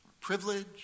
privilege